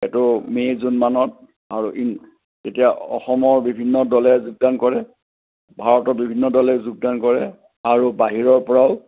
সেইটো মে জুনমানত আৰু তেতিয়া অসমৰ বিভিন্ন দলে যোগদান কৰে ভাৰতৰ বিভিন্ন দলে যোগদান কৰে আৰু বাহিৰৰ পৰাও